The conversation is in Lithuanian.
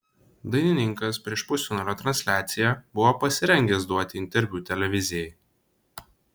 dainininkas prieš pusfinalio transliaciją buvo pasirengęs duoti interviu televizijai